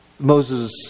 Moses